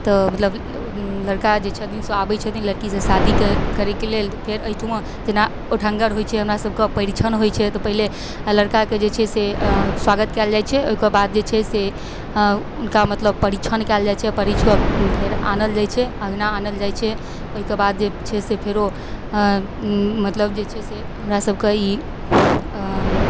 तऽ मतलब लड़का जे छथिन से आबै छथिन लड़कीसँ शादी करैके लेल फेर एहिठाम जेना ओठङ्गर होइ छै हमरासबके परिछन होइ छै तऽ पहिले लड़काके जे छै से स्वागत कएल जाइ छै ओहिके बाद जे छै से हुनका मतलब परिछन कएल जाइ छै परछिकऽ फेर आनल जाइ छै अँगना आनल जाइ छै ओहिकेबाद जे छै से फेरो मतलब जे छै से हमरासबके ई